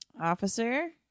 Officer